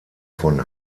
von